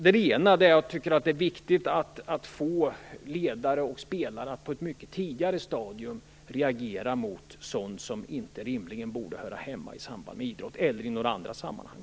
Jag tycker alltså att det är viktigt att få ledare och spelare att på ett mycket tidigare stadium reagera mot sådant som inte rimligen borde höra hemma i samband med idrott eller i några andra sammanhang.